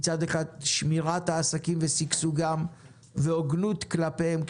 מצד שני שמירת העסקים ושגשוגם והוגנות כלפיהם.